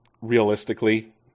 realistically